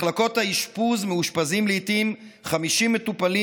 במחלקות האשפוז מאושפזים לעיתים 50 מטופלים